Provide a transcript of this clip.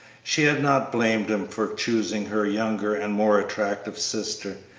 she had not blamed him for choosing her younger and more attractive sister,